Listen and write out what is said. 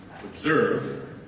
observe